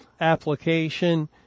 application